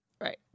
Right